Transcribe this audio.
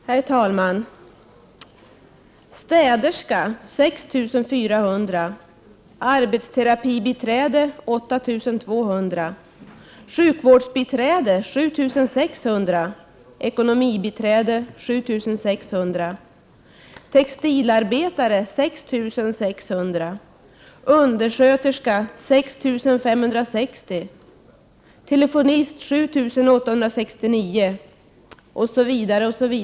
Herr talman! Städerska 6 400, arbetsterapibiträde 8 200, sjukvårdsbiträde 7 600, ekonomibiträde 7 600, textilarbetare 6 600, undersköterska 6 560, telefonist 7 869 osv.